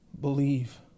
Believe